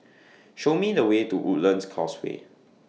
Show Me The Way to Woodlands Causeway